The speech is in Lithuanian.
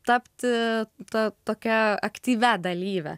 tapti ta tokia aktyvia dalyve